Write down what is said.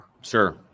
Sure